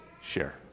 share